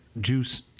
juice